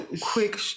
Quick